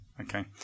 Okay